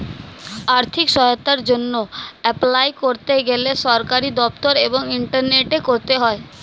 আর্থিক সহায়তার জন্যে এপলাই করতে গেলে সরকারি দপ্তর এবং ইন্টারনেটে করতে হয়